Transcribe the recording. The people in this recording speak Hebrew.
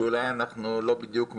שאולי אנחנו לא בדיוק מבינים,